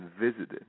visited